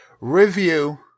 review